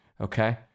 Okay